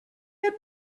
had